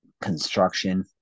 construction